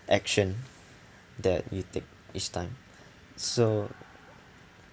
action that you take each time so